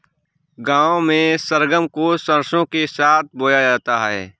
गांव में सरगम को सरसों के साथ बोया जाता है